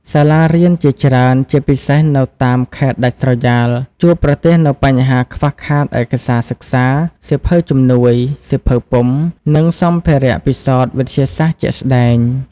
សាលារៀនជាច្រើន ជាពិសេសនៅតាមខេត្តដាច់ស្រយាល ជួបប្រទះនូវបញ្ហាខ្វះខាតឯកសារសិក្សា សៀវភៅជំនួយ សៀវភៅពុម្ព និងសម្ភារៈពិសោធន៍វិទ្យាសាស្ត្រជាក់ស្តែង។